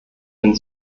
den